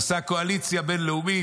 עשה קואליציה בין-לאומית,